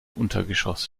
untergeschoss